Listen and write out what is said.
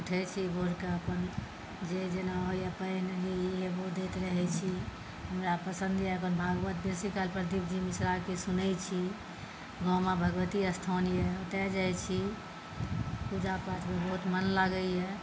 उठै छी भोरकऽ अपन जे जेना होइए पानिमे नबो दैत रहै छी हमरा पसन्द यऽ अपन भागवत बेसी काल अपन प्रदीप मिश्राके सुनै छी गाँवमे भगवती स्थान यऽ ओतै जाइ छी पूजा पाठमे बहुत मन लागैए